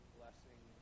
blessing